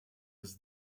his